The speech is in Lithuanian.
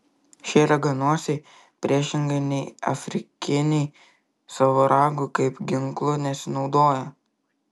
šie raganosiai priešingai nei afrikiniai savo ragu kaip ginklu nesinaudoja